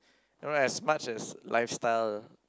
you know as much as lifestyle